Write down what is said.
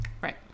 right